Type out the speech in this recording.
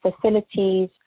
facilities